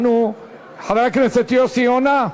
חבר הכנסת יוסי יונה,